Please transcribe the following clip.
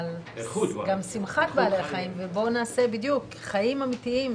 גם שמחת בעלי החיים ובואו נעשה חיים אמתיים,